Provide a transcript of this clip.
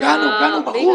הוא פה.